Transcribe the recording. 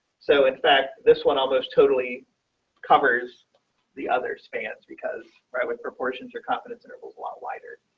so it's that this one all those totally covers the other spans because right with proportions are confidence intervals lot wider.